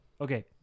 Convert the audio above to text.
Okay